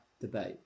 debate